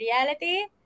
reality